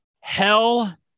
Hell